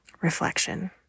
Reflection